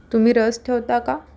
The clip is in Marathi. तुम्ही रस ठेवता का